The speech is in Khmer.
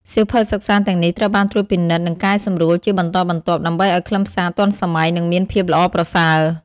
សៀវភៅសិក្សាទាំងនេះត្រូវបានត្រួតពិនិត្យនិងកែសម្រួលជាបន្តបន្ទាប់ ដើម្បីឱ្យខ្លឹមសារទាន់សម័យ និងមានភាពល្អប្រសើរ។